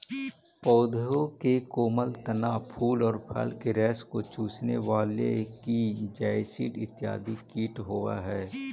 पौधों के कोमल तना, फूल और फल के रस को चूसने वाले की जैसिड इत्यादि कीट होवअ हई